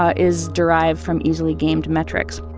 ah is derived from easily gamed metrics